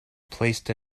placed